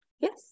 Yes